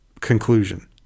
conclusion